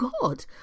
God